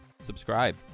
subscribe